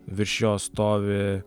virš jo stovi